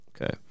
Okay